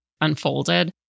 unfolded